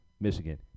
Michigan